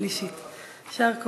אין מתנגדים.